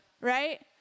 Right